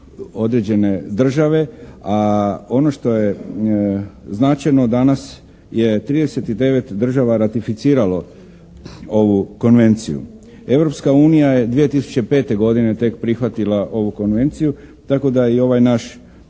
određene države, a ono što je značajno danas je 39 država ratificiralo ovu Konvenciju. Europska unija je 2005. godine tek prihvatila ovu Konvenciju tako da i ovaj naš,